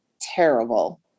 terrible